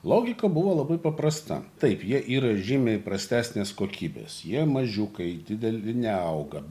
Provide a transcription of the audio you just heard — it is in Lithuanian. logika buvo labai paprasta taip jie yra žymiai prastesnės kokybės jie mažiukai dideli neauga